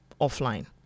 offline